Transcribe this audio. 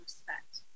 respect